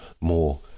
more